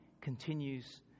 continues